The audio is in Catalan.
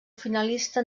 finalista